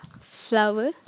flower